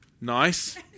nice